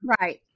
Right